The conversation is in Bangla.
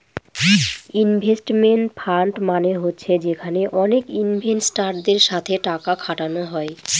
ইনভেস্টমেন্ট ফান্ড মানে হচ্ছে যেখানে অনেক ইনভেস্টারদের সাথে টাকা খাটানো হয়